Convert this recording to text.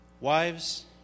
wives